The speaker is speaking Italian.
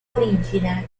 origine